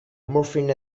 morphine